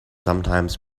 sometimes